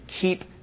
keep